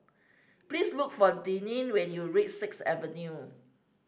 please look for Denine when you reach Sixth Avenue